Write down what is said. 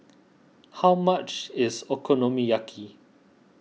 how much is Okonomiyaki